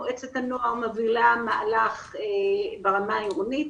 מועצת הנוער מובילה מהלך ברמה הארגונית.